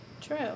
True